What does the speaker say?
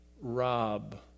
rob